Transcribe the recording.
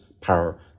power